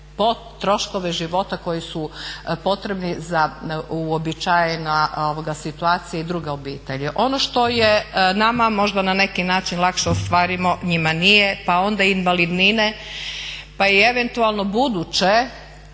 troškove života koji su potrebni za uobičajena situaciji druge obitelji. Ono što je nama možda na neki način lakše ostvarimo njima nije, pa onda invalidnine pa i eventualno buduće